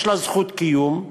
יש לה זכות קיום,